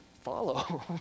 follow